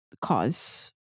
cause